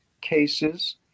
cases